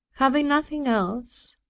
having nothing else,